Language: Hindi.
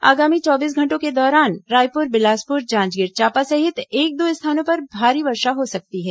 आगामी चौबीस घंटों के दौरान रायपुर बिलासपुर जांजगीर चांपा सहित एक दो स्थानों पर भारी वर्षा हो सकती है